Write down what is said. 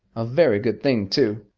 a very good thing too.